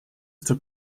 took